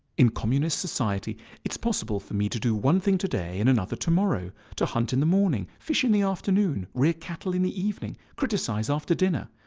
in communist society it is possible for me to do one thing today and another tomorrow, to hunt in the morning, fish in the afternoon, rear cattle in the evening, criticise after dinner,